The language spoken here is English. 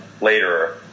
later